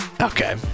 Okay